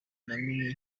namenye